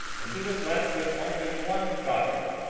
and he was left with only one daughter,